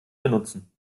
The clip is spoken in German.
benutzen